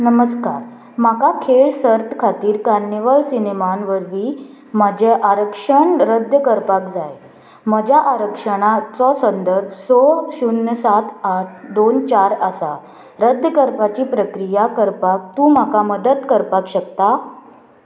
नमस्कार म्हाका खेळ सर्त खातीर कार्निवल सिनेमान वरवीं म्हजें आरक्षण रद्द करपाक जाय म्हज्या आरक्षणाचो संदर्भ स शुन्य सात आठ दोन चार आसा रद्द करपाची प्रक्रिया करपाक तूं म्हाका मदत करपाक शकता